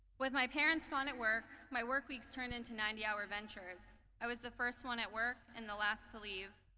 with my parents gone at work, my work weeks turned into ninety hour ventures. i was the first one at work and the last to leave.